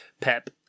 Pep